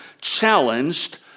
challenged